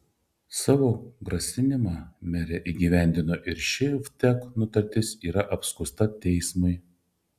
savo grasinimą merė įgyvendino ir ši vtek nutartis yra apskųsta teismui